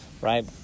right